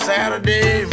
Saturday